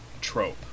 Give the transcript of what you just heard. trope